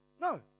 No